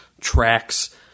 tracks